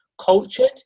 cultured